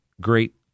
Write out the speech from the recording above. great